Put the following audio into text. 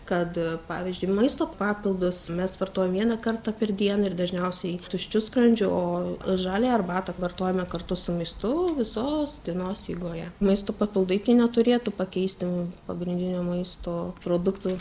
kad pavyzdžiui maisto papildus mes vartojam vieną kartą per dieną ir dažniausiai tuščiu skrandžiu o žaliąją arbatą vartojame kartu su maistu visos dienos eigoje maisto papildai tai neturėtų pakeisti mum pagrindinio maisto produktų